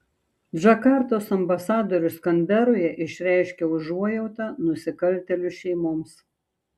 džakartos ambasadorius kanberoje išreiškė užuojautą nusikaltėlių šeimoms